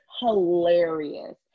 hilarious